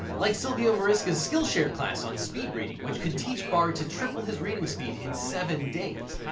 like silviu marisca's skillshare class on speed reading, which could teach barr to triple his reading speed in seven days.